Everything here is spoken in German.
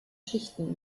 schichten